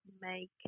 make